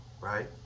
right